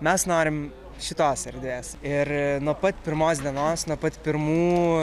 mes norim šitos erdvės ir nuo pat pirmos dienos nuo pat pirmų